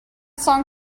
song